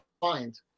find